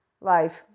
life